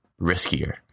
riskier